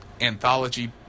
anthology